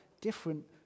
different